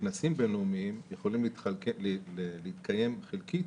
וכנסים בינלאומיים יכולים להתקיים חלקית,